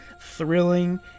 thrilling